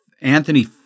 Anthony